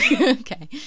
Okay